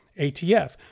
ATF